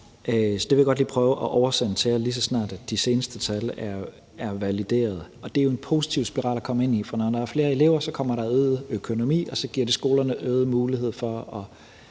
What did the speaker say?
Så det vil jeg godt lige prøve at oversende til jer, lige så snart de seneste tal er valideret. Og det er jo en positiv spiral at komme ind i, for når der er flere elever, kommer der en større økonomi, og så giver det skolerne øget mulighed for at